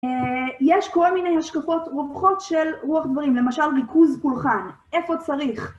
יש כל מיני השקפות רווחות של רוח דברים, למשל ריכוז פולחן, איפה צריך?